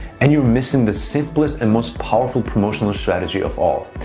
and you're missing the simplest and most powerful promotional strategy of all.